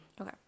Okay